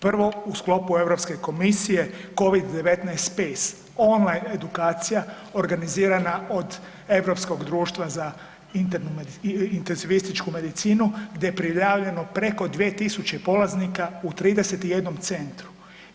Prvo u sklopu Europske komisije Covid-19 space online edukacija organizirana od Europskog društva za intenzivističku medicinu gdje je prijavljeno preko 2.000 polaznika u 31 centrom.